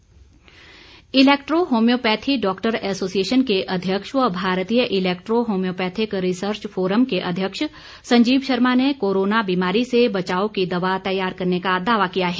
homeopathy electro homoeopathy doctor association के अध्यक्ष व भारतीय इलैक्ट्रो होम्योपैथिक रिसर्च फोरम के अध्यक्ष संजीव शर्मा ने कोरोना बीमारी से बचाव की दवा तैयार करने का दावा किया है